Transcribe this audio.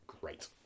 great